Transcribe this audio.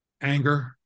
anger